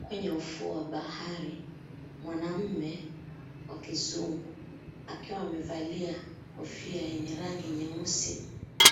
Kwenye ufuo wa bahari, mwanamme wa kizungu, akiwa amevalia kofia yenye rangi nyeusi,